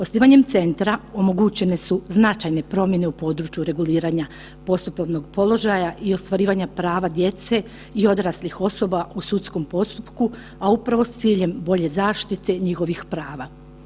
Osnivanjem centra omogućene su značajne promjene u području reguliranja postupovnog položaja i ostvarivanja prava djece i odraslih osoba u sudskom postupku, a upravo s ciljem bolje zaštite njihovih prava.